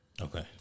Okay